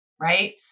right